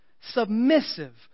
submissive